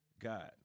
God